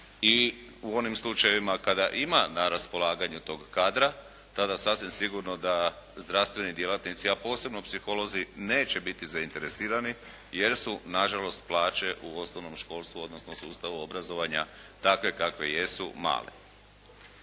i u onim slučajevima kada ima na raspolaganju tog kadra, tada sasvim sigurno da zdravstveni djelatnici, a posebno psiholozi neće biti zainteresirani jer su na žalost plaće u osnovnom školstvu, odnosno sustavu obrazovanja takve kakve jesu male.